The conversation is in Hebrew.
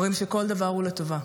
אומרים שכל דבר הוא לטובה,